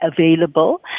available